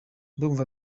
ndumva